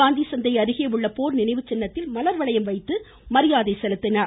காந்தி சந்தை அருகே உள்ள போர்நினைவுச்சின்னத்தில் மலர்வளையம் வைத்து மரியாதை செலுத்தினார்